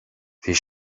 bhí